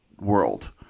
world